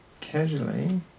casually